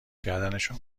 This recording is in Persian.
کردنشان